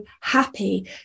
happy